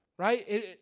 Right